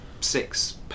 six